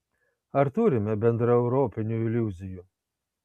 ar turime bendraeuropinių iliuzijų